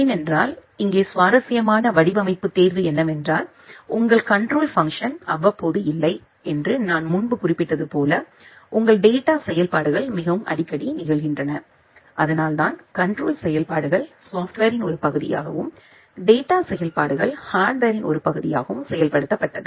ஏனென்றால் இங்கே சுவாரஸ்யமான வடிவமைப்பு தேர்வு என்னவென்றால் உங்கள் கண்ட்ரோல் பங்க்ஷன் அவ்வப்போது இல்லை என்று நான் முன்பு குறிப்பிட்டது போல உங்கள் டேட்டா செயல்பாடுகள் மிகவும் அடிக்கடி நிகழ்கின்றன அதனால்தான் கண்ட்ரோல் செயல்பாடுகள் சாப்ட்வேரின் ஒரு பகுதியாகவும் டேட்டா செயல்பாடுகள் ஹார்ட்வேர்ரின் ஒரு பகுதியாகவும் செயல்படுத்தப்பட்டது